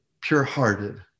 pure-hearted